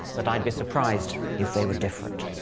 but i'd be surprised if they were different.